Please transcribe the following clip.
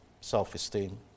self-esteem